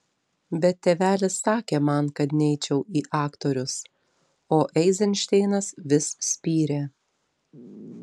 bet tėvelis sakė man kad neičiau į aktorius o eizenšteinas vis spyrė